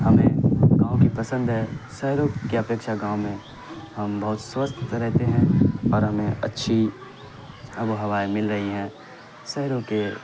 ہمیں گاؤں کی پسند ہے شہروں کی اپیکچھا گاؤں میں ہم بہت سوستھ رہتے ہیں اور ہمیں اچھی آب و ہوائیں مل رہی ہیں شہروں کے